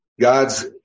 God's